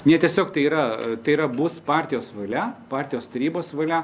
ne tiesiog tai yra tai yra bus partijos valia partijos tarybos valia